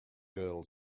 girl